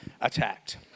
attacked